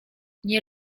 nie